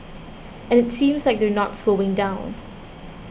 and it seems like they're not slowing down